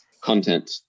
content